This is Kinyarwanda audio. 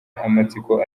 amatsiko